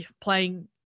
playing